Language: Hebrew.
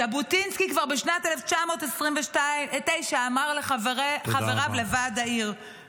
ז'בוטינסקי כבר בשנת 1929 אמר לחבריו בוועד העיר -- תודה רבה.